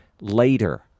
later